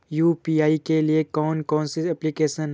UPI के लिए कौन कौन सी एप्लिकेशन हैं?